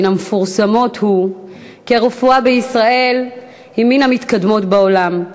מן המפורסמות הוא כי הרפואה בישראל היא מן המתקדמות בעולם,